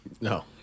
No